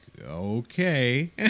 okay